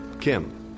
Kim